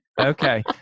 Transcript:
Okay